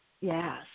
Yes